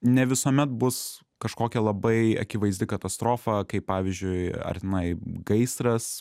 ne visuomet bus kažkokia labai akivaizdi katastrofa kaip pavyzdžiui ar tenai gaisras